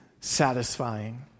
satisfying